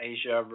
Asia